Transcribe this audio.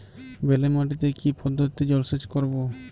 বেলে মাটিতে কি পদ্ধতিতে জলসেচ করব?